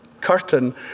curtain